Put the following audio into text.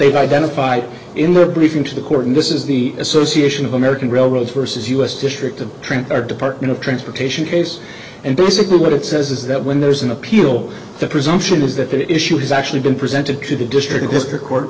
they've identified in the briefing to the court and this is the association of american railroads versus u s district of trantor department of transportation case and basically what it says is that when there's an appeal the presumption is that the issue has actually been presented to the district district court